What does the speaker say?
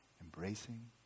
embracing